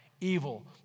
evil